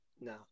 No